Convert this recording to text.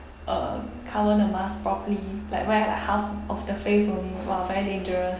uh cover the mask properly like wear half of the face only !wah! very dangerous